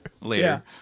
later